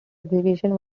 exhibition